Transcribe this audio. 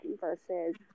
versus